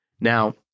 Now